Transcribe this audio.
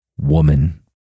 Woman